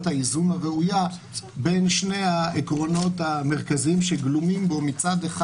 האיזון הראויה בין שני העקרונות המרכזיים שגלומים בו: מצד אחד